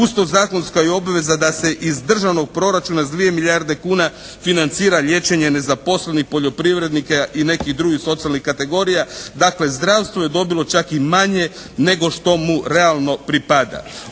Uz to zakonska je obveza da se iz državnog proračuna s 2 milijarde kuna financira liječenje nezaposlenih poljoprivrednika i nekih drugih socijalnih kategorija. Dakle, zdravstvo je dobilo čak i manje nego što mu realno pripada.